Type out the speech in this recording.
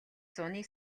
зуны